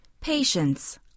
patience